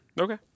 Okay